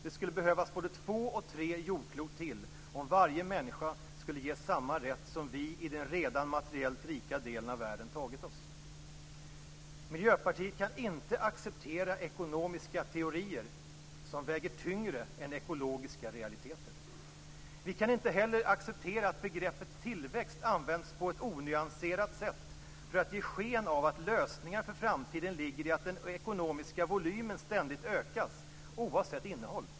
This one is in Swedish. Det skulle behövas både två och tre jordklot till om varje människa skulle ges samma rätt som vi i den redan materiellt rika delen av världen tagit oss. Miljöpartiet kan inte acceptera ekonomiska teorier som väger tyngre än ekologiska realiteter. Vi kan inte heller acceptera att begreppet tillväxt används på ett onyanserat sätt för att ge sken av att lösningar för framtiden ligger i att den ekonomiska volymen ständigt ökas, oavsett innehåll.